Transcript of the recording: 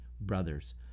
brothers